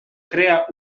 crear